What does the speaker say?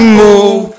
move